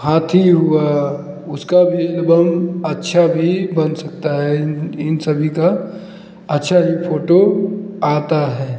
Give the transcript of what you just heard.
हाथी हुआ उसका भी एल्बम अच्छा भी बन सकता है इन इन सभी का अच्छा ही फोटो आता है